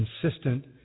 consistent